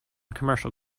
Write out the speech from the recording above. commercial